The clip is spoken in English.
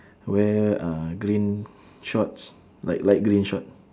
wear uh green shorts like light green short